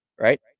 right